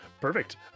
Perfect